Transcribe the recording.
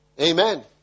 Amen